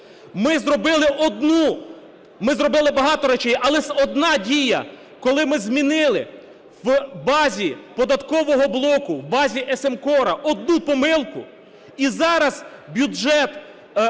Тимошенко, ми зробили багато речей, але одна дія, коли ми змінили в базі податкового блоку, в базі СМКОР одну помилку. І зараз бюджет отримав